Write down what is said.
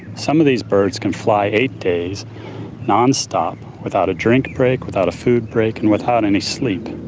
some of these birds can fly eight days non-stop without a drink break, without a food break and without any sleep.